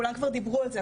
כולם כבר דיברו על זה,